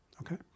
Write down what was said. okay